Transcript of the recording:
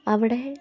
അവിടെ